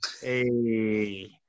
Hey